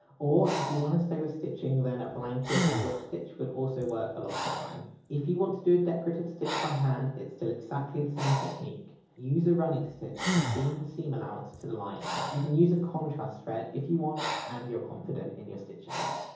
or if you want to stay with stitching then a blanket or whip stitch would also work a lot of the time. if you want to do a decorative stitch by hand it's still exactly the same technique use a running stitch to seam the seam allowance to the lining. you can use a contrast thread if you want, and you're confident in your stitches.